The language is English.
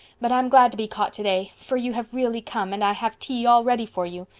but i'm glad to be caught today, for you have really come and i have tea all ready for you.